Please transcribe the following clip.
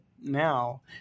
now